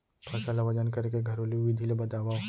फसल ला वजन करे के घरेलू विधि ला बतावव?